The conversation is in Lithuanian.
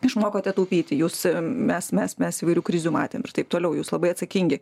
išmokote taupyti jūs mes mes mes įvairių krizių matėm ir taip toliau jūs labai atsakingi